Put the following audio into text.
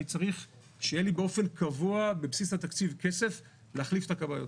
אני צריך שיהיה לי באופן קבוע בבסיס התקציב כסף להחליף את הכבאיות.